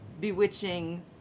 bewitching